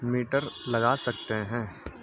metre لگا سکتے ہیں